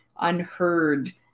unheard